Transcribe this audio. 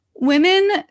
women